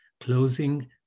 closing